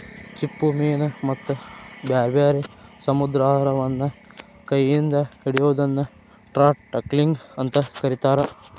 ಚಿಪ್ಪುಮೇನ ಮತ್ತ ಬ್ಯಾರ್ಬ್ಯಾರೇ ಸಮುದ್ರಾಹಾರವನ್ನ ಕೈ ಇಂದ ಹಿಡಿಯೋದನ್ನ ಟ್ರೌಟ್ ಟಕ್ಲಿಂಗ್ ಅಂತ ಕರೇತಾರ